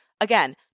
Again